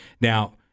Now